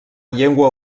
llengua